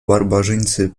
barbarzyńcy